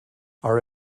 are